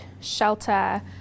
shelter